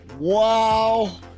wow